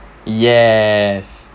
yes